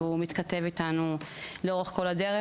והוא מתכתב איתנו לאורך כל הדרך.